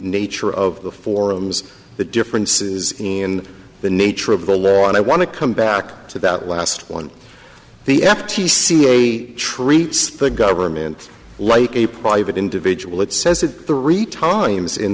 nature of the forums the differences in the nature of the law and i want to come back to that last one the f t c a treats the government like a private individual it says that the re time is in